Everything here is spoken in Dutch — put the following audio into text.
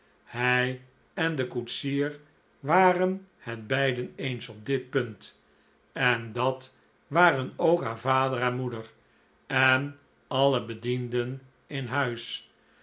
hij en de koetsier waren het beiden eens op dit punt en dat waren ook haar vader en moeder en alle bedienden in huis